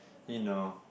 you know